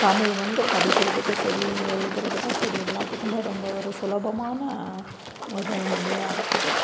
தமிழ் வந்து படிக்கிறதுக்கும் சரி எழுதுறதுக்கும் சரி எல்லாத்துக்குமே ரொம்ப ஒரு சுலபமான ஒரு மொழியா இருக்குது